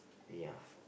ya